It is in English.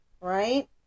right